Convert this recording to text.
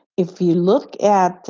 if you look at